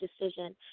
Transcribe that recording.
decision